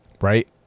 Right